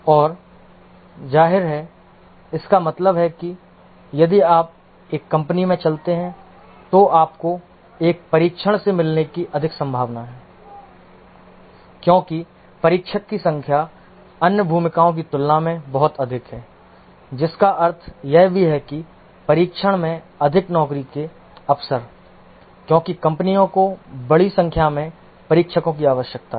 और ज़ाहिर है इसका मतलब है कि यदि आप एक कंपनी में चलते हैं तो आपको एक परीक्षक से मिलने की अधिक संभावना है क्योंकि परीक्षक की संख्या अन्य भूमिकाओं की तुलना में बहुत अधिक है जिसका अर्थ यह भी है कि परीक्षण में अधिक नौकरी के अवसर क्योंकि कंपनियों को बड़ी संख्या में परीक्षकों की आवश्यकता है